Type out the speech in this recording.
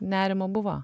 nerimo buvo